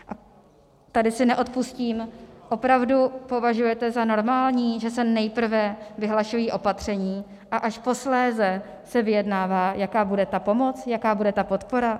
A tady si neodpustím: Opravdu považujete za normální, že se nejprve vyhlašují opatření, a až posléze se vyjednává, jaká bude ta pomoc, jaká bude ta podpora?